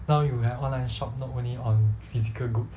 now you have online shop not only on physical goods